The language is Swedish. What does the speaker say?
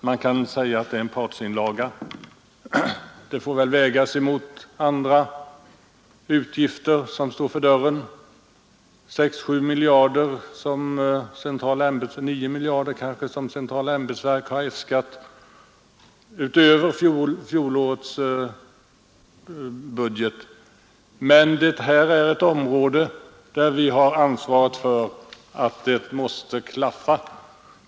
Man kan säga att den är en partsinlaga; kraven får väl vägas mot andra utgifter som står för dörren — 6, 7 eller kanske 9 miljarder kronor som centrala ämbetsverk har äskat utöver fjolårets budget. Men det här är ett område där vi har ansvaret att se till att det klaffar.